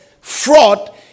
fraud